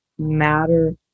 Matter